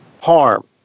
harm